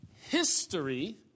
history